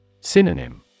Synonym